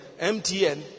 MTN